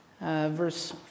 verse